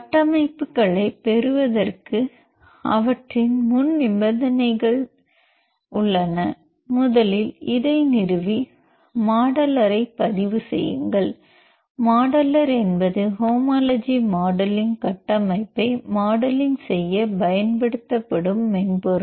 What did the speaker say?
கட்டமைப்புகளைப் பெறுவதற்கு அவற்றின் முன்நிபந்தனைகள் முதலில் இதை நிறுவி மாடலரை பதிவு செய்யுங்கள் மாடலர் என்பது ஹோமோலஜி மாடலிங் கட்டமைப்பை மாடலிங் செய்ய பயன்படுத்தப்படும் மென்பொருள்